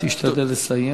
תשתדל לסיים.